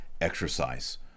exercise